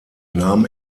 nahm